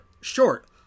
short